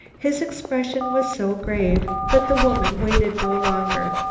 his expression was so grave that the woman waited no longer,